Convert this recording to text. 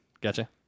Gotcha